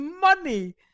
money